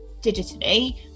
digitally